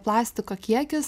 plastiko kiekis